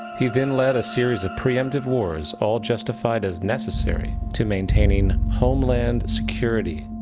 he then led a series of preemptive wars all justified as necessary to maintaining homeland security.